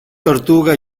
tortuga